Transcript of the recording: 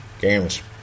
games